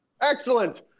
Excellent